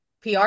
PR